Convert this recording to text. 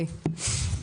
חמישה.